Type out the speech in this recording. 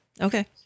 Okay